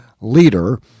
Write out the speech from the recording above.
leader